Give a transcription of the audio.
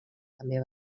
també